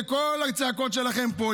עם כל הצעקות שלכם פה,